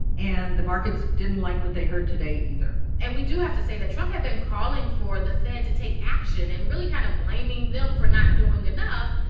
and the markets didn't like what they heard today either and we do have to say that trump had been calling for the fed to take action and really kind of blaming them for not doing enough.